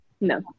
No